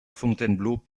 fontainebleau